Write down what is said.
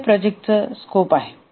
तर हे प्रोजेक्टचा स्कोप आहे